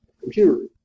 computer